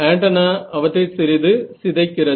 antenna அவற்றை சிறிது சிதைக்கிறது